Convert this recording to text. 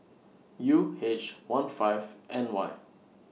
U H one five N Y